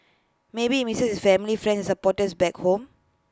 maybe he misses his family friends supporters back home